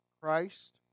Christ